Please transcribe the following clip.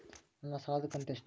ನನ್ನ ಸಾಲದು ಕಂತ್ಯಷ್ಟು?